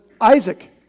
Isaac